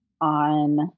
on